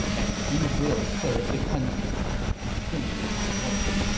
and he will serve the country and continue my work.